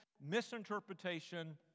misinterpretation